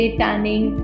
tanning